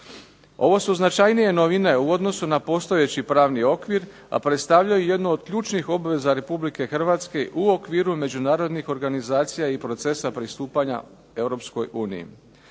Ovo su značajnije novine u odnosu na postojeći pravni okvir, a predstavljaju jednu od ključnih obveza RH u okviru međunarodnih organizacija i procesa pristupanja EU. Propisuje